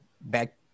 back